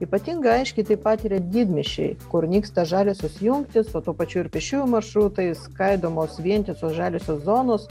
ypatingai aiškiai tai patiria didmiesčiai kur nyksta žaliosios jungtys o tuo pačiu ir pėsčiųjų maršrutai skaidomos vientisos žaliosios zonos